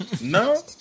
No